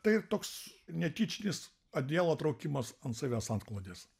tai toks netyčinis adijalo traukimas ant savęs antklodės